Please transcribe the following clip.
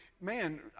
man